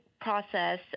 process